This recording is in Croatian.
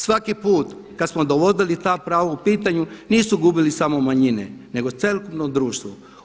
Svaki put kada smo dovodili ta prava u pitanje nisu gubile samo manjine nego cjelokupno društvo.